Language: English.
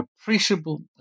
appreciable